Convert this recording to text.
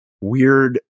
weird